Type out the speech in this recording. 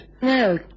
No